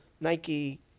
Nike